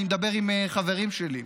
אני מדבר עם חברים שלי,